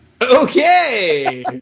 Okay